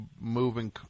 moving